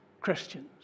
Christians